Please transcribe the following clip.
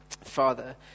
Father